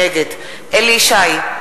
נגד אליהו ישי,